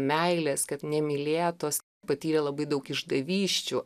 meilės kad nemylėtos patyrė labai daug išdavysčių